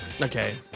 Okay